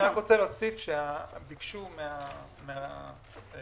אני רק רוצה להוסיף שביקשו מן הלשכות